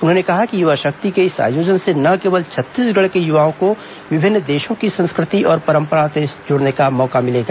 उन्होर्न कहा कि युवा शक्ति के इस आयोजन से न केवल छत्तीसंगढ़ के युवाओं को विभिन्न देशों की संस्कृति और परम्परा से जुड़ने का मौका मिलेगा